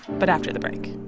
but after the break